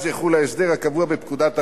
אז יחול ההסדר הקבוע בפקודת הראיות.